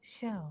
Show